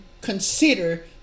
consider